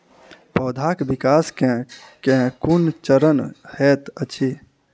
पौधाक विकास केँ केँ कुन चरण हएत अछि?